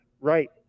Right